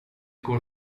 går